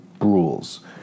rules